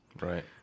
Right